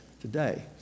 today